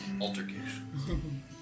altercation